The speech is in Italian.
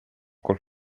col